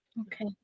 Okay